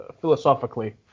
philosophically